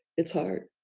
it's hard.